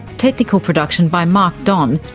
technical production by mark don,